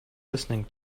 listening